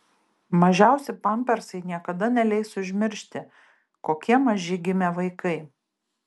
mažiausi pampersai niekada neleis užmiršti kokie maži gimė vaikai